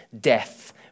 death